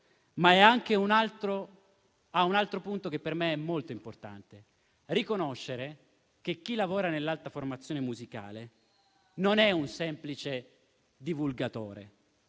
ma ha anche un altro significato che per me è molto importante: riconoscere che chi lavora nell'alta formazione musicale non è un semplice divulgatore